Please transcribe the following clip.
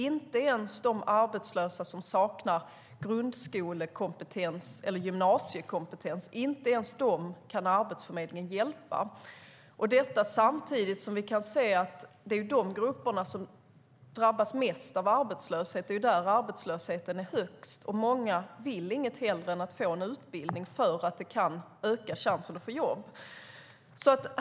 Inte ens de arbetslösa som saknar grundskolekompetens eller gymnasiekompetens kan Arbetsförmedlingen hjälpa. Samtidigt kan vi se att det är de grupperna som drabbas mest av arbetslöshet. Det är där arbetslösheten är högst. Många vill inget hellre än att få en utbildning, för det kan öka chansen att få jobb.